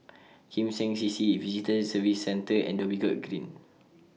Kim Seng C C Visitor Services Centre and Dhoby Ghaut Green